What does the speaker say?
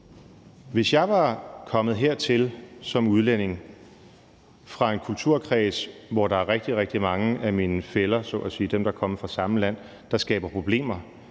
Hvis jeg var kommet hertil som udlænding fra en kulturkreds, hvor der er rigtig, rigtig mange af mine fæller så at sige – dem, der er kommet fra samme land – der skaber problemer,